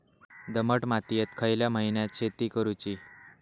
दमट मातयेत खयल्या महिन्यात शेती करुची?